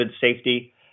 safety